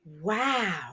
wow